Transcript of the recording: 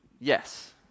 yes